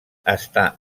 està